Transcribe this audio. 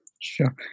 Sure